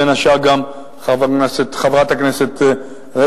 בין השאר גם חברת הכנסת רגב,